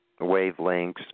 wavelengths